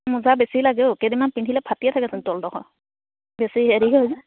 মোজা বেছি লাগে অ' কেইদিনমান পিন্ধিলে ফাটিয়ে থাকেচোন তলডখৰ বেছি হেৰি হয় যে